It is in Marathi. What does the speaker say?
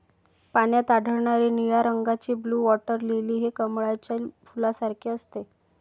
पाण्यात आढळणारे निळ्या रंगाचे ब्लू वॉटर लिली हे कमळाच्या फुलासारखे असते